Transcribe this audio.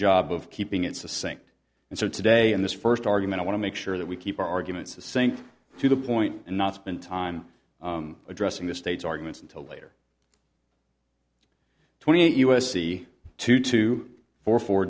job of keeping it's the same and so today in this first argument i want to make sure that we keep our arguments to sink to the point and not spend time addressing the state's arguments until later twenty eight u s c two two four four